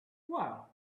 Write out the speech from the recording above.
well